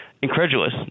incredulous